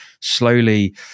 slowly